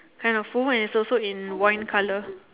kind of full and is also in wine colour